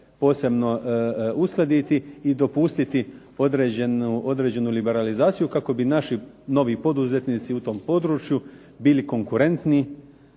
posebno uskladiti i dopustiti određenu liberalizaciju kako bi naši novi poduzetnici u tom području bili konkurentni